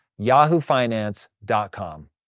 yahoofinance.com